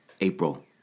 April